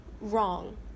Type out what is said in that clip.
wrong